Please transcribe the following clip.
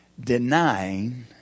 denying